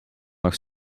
lag